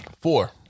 Four